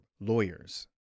lawyers